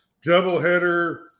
doubleheader